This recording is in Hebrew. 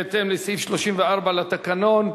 בהתאם לסעיף 34 לתקנון.